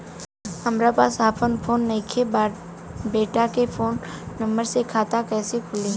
हमरा पास आपन फोन नईखे बेटा के फोन नंबर से खाता कइसे खुली?